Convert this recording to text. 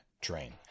train